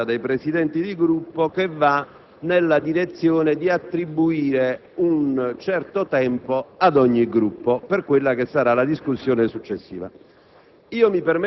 Conferenza dei Presidenti di Gruppo che va nella direzione di attribuire un certo tempo ad ogni Gruppo per la discussione successiva.